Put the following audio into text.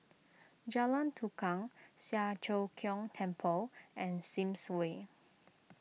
Jalan Tukang Siang Cho Keong Temple and Sims Way